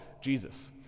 Jesus